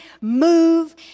move